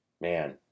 man